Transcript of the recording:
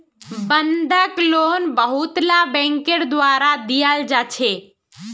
बंधक लोन बहुतला बैंकेर द्वारा दियाल जा छे